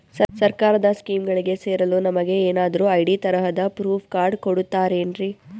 ಸರ್ಕಾರದ ಸ್ಕೀಮ್ಗಳಿಗೆ ಸೇರಲು ನಮಗೆ ಏನಾದ್ರು ಐ.ಡಿ ತರಹದ ಪ್ರೂಫ್ ಕಾರ್ಡ್ ಕೊಡುತ್ತಾರೆನ್ರಿ?